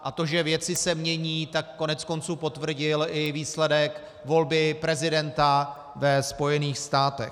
A to, že věci se mění, tak koneckonců potvrdil i výsledek volby prezidenta ve Spojených státech.